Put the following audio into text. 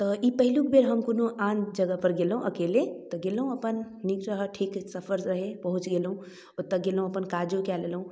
तऽ ई पहिलुक जे हम कोनो आन जगहपर गेलहुँ अकेले तऽ गेलहुँ अपन नीक रहय ठीक सफर रहै पहुँच गेलहुँ ओत्तऽ गेलहुँ अपन काजो कए लेलहुँ